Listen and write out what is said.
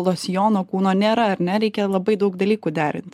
losjono kūno nėra nereikia labai daug dalykų derint